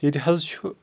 ییٚتہِ حظ چھُ